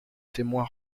témoins